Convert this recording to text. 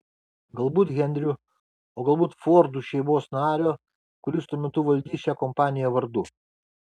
galbūt henriu o galbūt fordų šeimos nario kuris tuo metu valdys šią kompaniją vardu